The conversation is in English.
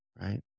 right